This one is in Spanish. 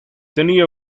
tenía